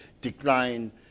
decline